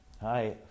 hi